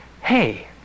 hey